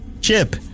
Chip